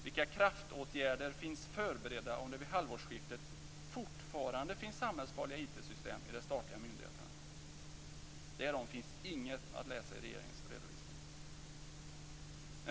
Vilka kraftåtgärder finns förberedda om det vid halvårsskiftet fortfarande finns samhällsfarliga IT-system i de statliga myndigheterna? Om detta finns inget att läsa i regeringens redovisning.